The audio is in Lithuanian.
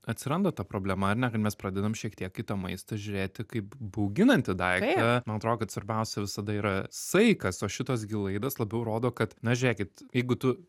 atsiranda ta problema ar ne kad mes pradedam šiek tiek į tą maistą žiūrėti kaip bauginantį daiktą man atrodo kad svarbiausia visada yra saikas o šitos gi laidos labiau rodo kad na žiūrėkit jeigu tu